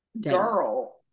Girl